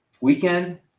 weekend